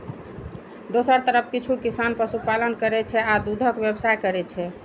दोसर तरफ किछु किसान पशुपालन करै छै आ दूधक व्यवसाय करै छै